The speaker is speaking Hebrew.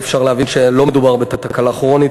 ניתן להבין שלא מדובר בתקלה כרונית